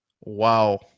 Wow